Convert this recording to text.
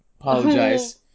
Apologize